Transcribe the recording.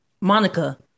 Monica